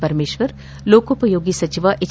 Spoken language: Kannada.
ಪರಮೇಶ್ವರ್ಲೋಕೊಪಯೋಗಿ ಸಚಿವ ಹೆಚ್